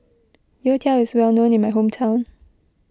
Youtiao is well known in my hometown